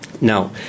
Now